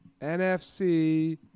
NFC